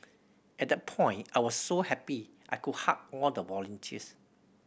at that point I was so happy I could hug all the volunteers